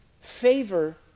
favor